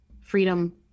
freedom